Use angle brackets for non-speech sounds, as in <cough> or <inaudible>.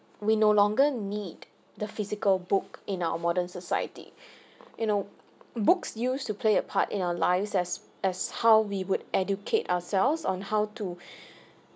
we no longer need the physical book in our modern society you know books used to play a part in our lives as as how we would educate ourselves on how to <breath>